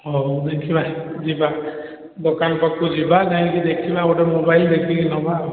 ହଉ ଦେଖିବା ଯିବା ଦୋକାନ ପାଖକୁ ଯିବା ଯାଇକି ଦେଖିବା ଗୋଟେ ମୋବାଇଲ୍ ଦେଖିକି ନେବା ଆଉ